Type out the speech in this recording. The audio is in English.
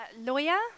lawyer